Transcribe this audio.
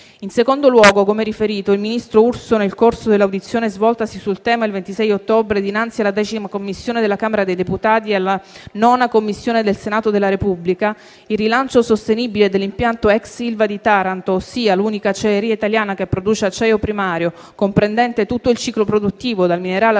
In secondo luogo, come ha riferito il ministro Urso nel corso dell'audizione svoltasi sul tema il 26 ottobre dinanzi alla X Commissione della Camera dei deputati e alla 9a Commissione del Senato della Repubblica, il rilancio sostenibile dell'impianto ex ILVA di Taranto, ossia l'unica acciaieria italiana che produce acciaio primario comprendente tutto il ciclo produttivo dal minerale al